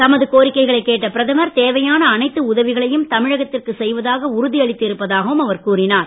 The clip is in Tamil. தமது கோரிக்கைகளை கேட்ட பிரதமர் தேவையான அனைத்து உதவிகளையும் தமிழகத்திற்கு செய்வதாக உறுதியளித்து இருப்பதாகவும் அவர் கூறினார்